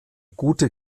gute